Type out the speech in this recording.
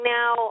now